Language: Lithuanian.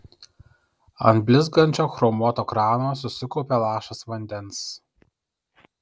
ant blizgančio chromuoto krano susikaupė lašas vandens